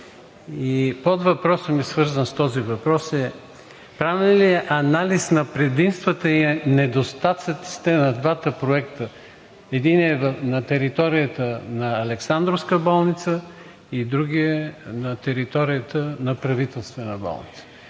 Подвъпросът ми, свързан с този въпрос, е: правен ли е анализ на предимствата и на недостатъците на двата проекта – единият на територията на Александровска болница, другият – на територията на Правителствена болница?